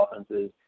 offenses